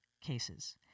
cases